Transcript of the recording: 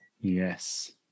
Yes